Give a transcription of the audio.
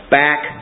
back